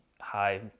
High